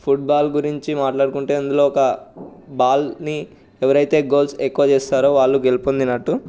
football గురించి మాట్లాడుకుంటే అందులో ఒక బాల్ ని ఎవరైతే గోల్స్ ఎక్కువ చేస్తారో వాళ్ళు గెలుపొందినట్టు